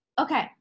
okay